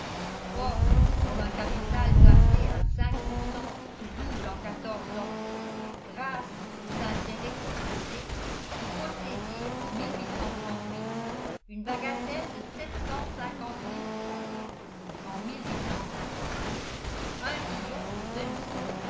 or comme un capital placé à cinq pour cent se double en quatorze ans grâce aux intérêts composés vous possédiez en une bagatelle de sept cent cinquante mille francs en un million et demi